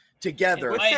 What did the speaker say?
Together